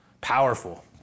Powerful